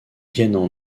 viennent